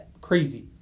Crazy